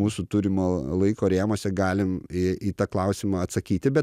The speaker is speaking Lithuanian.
mūsų turimo laiko rėmuose galim į į tą klausimą atsakyti bet